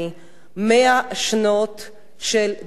100 שנות דמעות,